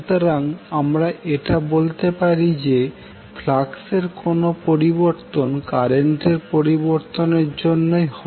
সুতরাং আমরা এটা বলতে পারি যে ফ্লাক্স এর কোনো পরিবর্তন কারেন্টের পরিবর্তনের জন্যই হয়